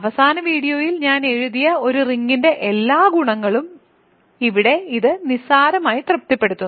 അവസാന വീഡിയോയിൽ ഞാൻ എഴുതിയ ഒരു റിങ്ങിന്റെ എല്ലാ ഗുണങ്ങളും ഇവിടെ ഇത് നിസ്സാരമായി തൃപ്തിപ്പെടുത്തുന്നു